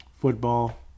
football